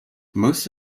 most